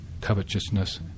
covetousness